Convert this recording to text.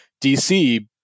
dc